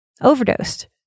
overdosed